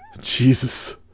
Jesus